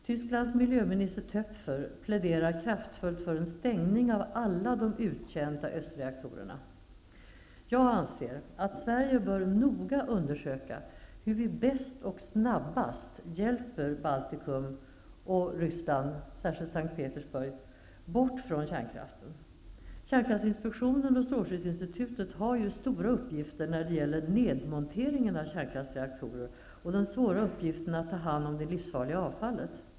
Tysklands miljöminister Töpfer pläderar kraftfullt för en stängning av alla de uttjänta östreaktorerna. Jag anser att Sverige bör noga undersöka hur vi bäst och snabbast hjälper Baltikum och Ryssland, särskilt S:t Petersburg, bort från kärnkraften. Kärnkraftsinspektionen och Strålskyddsinstitutet har stora uppgifter när det gäller nedmonteringen av kärnkraftsreaktorer och den svåra uppgiften att ta hand om det livsfarliga avfallet.